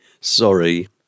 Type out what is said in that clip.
sorry